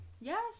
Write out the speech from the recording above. yes